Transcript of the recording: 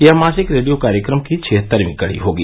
यह मासिक रेडियो कार्यक्रम की छिहत्तरवीं कड़ी होगी